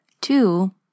Two